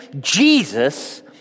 Jesus